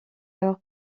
heure